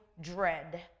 dread